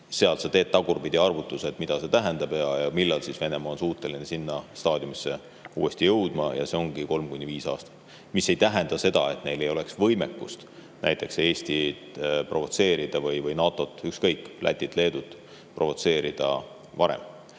alusel sa teed tagurpidiarvutused, mida see tähendab ja millal siis Venemaa on suuteline sellesse staadiumisse uuesti jõudma. Ja see ongi kolm kuni viis aastat. Mis ei tähenda seda, et neil ei oleks võimekust näiteks Eestit provotseerida või NATO-t või ükskõik, Lätit-Leedut provotseerida varem.